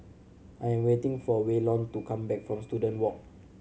I am waiting for Waylon to come back from Student Walk